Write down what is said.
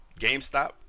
GameStop